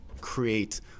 create